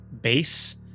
base